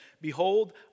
Behold